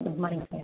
good morning sir